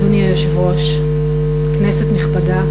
אדוני היושב-ראש, כנסת נכבדה,